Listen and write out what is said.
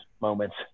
moments